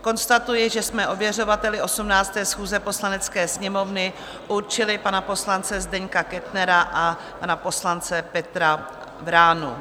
Konstatuji, že jsme ověřovateli 18. schůze Poslanecké sněmovny určili pana poslance Zdeňka Kettnera a pana poslance Petra Vránu.